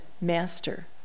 master